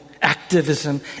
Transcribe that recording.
Activism